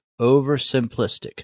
oversimplistic